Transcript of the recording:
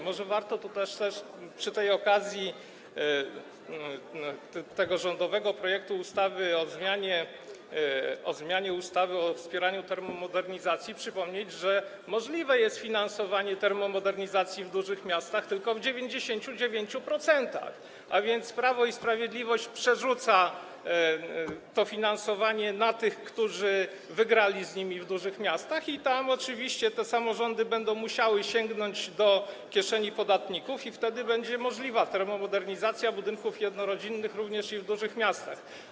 Może warto też przy okazji rządowego projektu ustawy o zmianie ustawy o wspieraniu termomodernizacji przypomnieć, że możliwe jest finansowanie termomodernizacji w dużych miastach tylko w 99%, a więc Prawo i Sprawiedliwość przerzuca to finansowanie na tych, którzy wygrali z nimi w dużych miastach, i tam oczywiście te samorządy będą musiały sięgnąć do kieszeni podatników i wtedy będzie możliwa termomodernizacja budynków jednorodzinnych również i w dużych miastach.